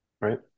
right